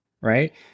right